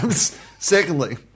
Secondly